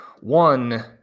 One